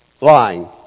Lying